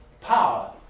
power